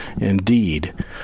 Indeed